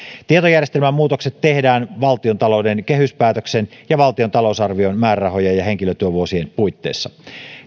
tietojärjestelmämuutokset tehdään valtiontalouden kehyspäätöksen ja valtion talousarvion määrärahojen ja ja henkilötyövuosien puitteissa